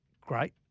great